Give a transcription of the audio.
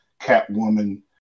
Catwoman